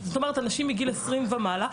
אנשים מגיל 20 ומעלה.